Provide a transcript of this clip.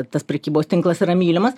tas prekybos tinklas yra mylimas